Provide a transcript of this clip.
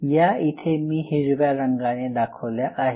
या इथे मी हिरव्या रंगाने दाखवल्या आहेत